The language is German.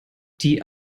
die